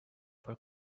for